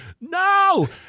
no